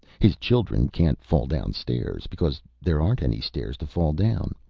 his children can't fall down-stairs, because there aren't any stairs to fall down.